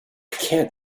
can’t